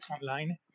online